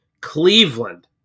Cleveland